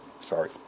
Sorry